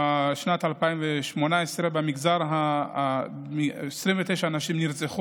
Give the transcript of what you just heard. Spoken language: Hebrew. בשנת 2018 נרצחו 29 נשים,